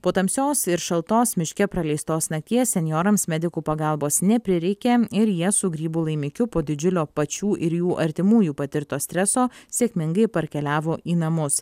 po tamsios ir šaltos miške praleistos nakties senjorams medikų pagalbos neprireikė ir jie su grybų laimikiu po didžiulio pačių ir jų artimųjų patirto streso sėkmingai parkeliavo į namus